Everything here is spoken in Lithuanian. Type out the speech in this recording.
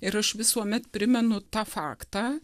ir aš visuomet primenu tą faktą